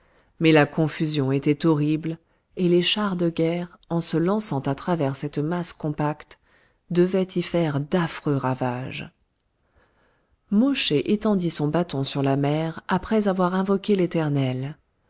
mais la confusion était horrible et les chars de guerre en se lançant à travers cette masse compacte devaient y faire d'affreux ravages mosché étendit son bâton sur la mer après avoir invoclué l'éternel